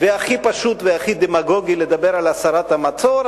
שהכי פשוט והכי דמגוגי לדבר על הסרת המצור,